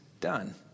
done